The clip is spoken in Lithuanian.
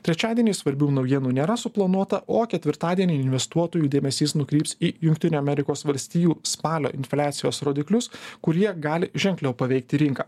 trečiadieniui svarbių naujienų nėra suplanuota o ketvirtadienį investuotojų dėmesys nukryps į jungtinių amerikos valstijų spalio infliacijos rodiklius kurie gali ženkliau paveikti rinką